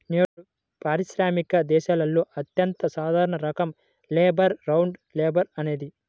నేడు పారిశ్రామిక దేశాలలో అత్యంత సాధారణ రకం బేలర్ రౌండ్ బేలర్ అనేది